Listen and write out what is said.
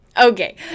Okay